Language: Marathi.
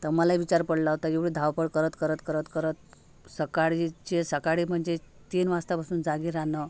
तर मला एक विचार पडला होता की एवढी धावपळ करत करत करत करत सकाळीचे सकाळी म्हणजे तीन वाजतापासून जागी राहणं